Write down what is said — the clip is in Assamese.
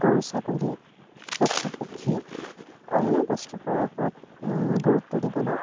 গৰু ছাগলী পশু পক্ষী অন্য বস্তুবোৰৰ ওপৰত গুৰুত্ব দিবলৈ